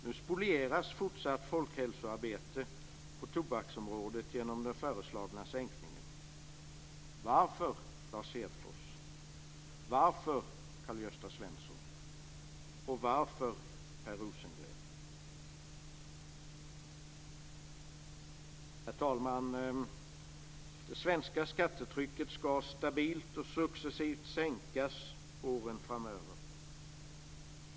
Nu spolieras fortsatt folkhälsoarbete på tobaksområdet genom den föreslagna sänkningen. Varför, Lars Hedfors? Varför, Karl Herr talman! Det svenska skattetrycket skall stabilt och successivt sänkas åren framöver.